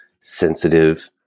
sensitive